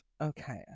okay